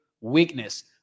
weakness